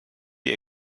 die